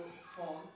phone